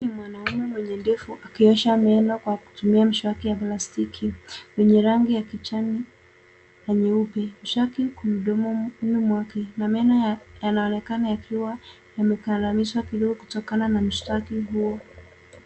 Mwanaume mwenye ndevu akiosha meno kwa kutumia mswaki wa plastiki wenye rangi ya kijani mdomoni mwake na meno yanaonekana yakiwa yamekandanisha kidogo kutokana na mswaki huo.